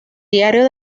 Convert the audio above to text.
diario